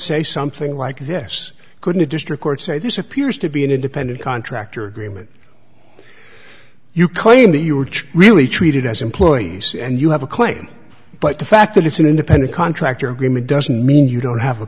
say something like this couldn't a district court say this appears to be an independent contractor agreement you claim that you were really treated as employees and you have a claim but the fact that it's an independent contractor agreement doesn't mean you don't have a